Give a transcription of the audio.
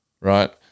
right